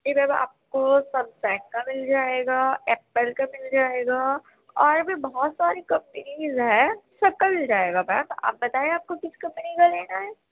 جی ma'am آپ کو Samsung کا مل جائے گا ایپل کا مل جائے گا اور بہت بھی بہت ساری کمپنیز ہیں سب کا مل جائے گا میم آپ بتائیں آپ کو کس کمپنی کا لینا ہے